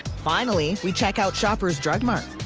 finally, we check out shoppers drug mart.